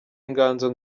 inganzo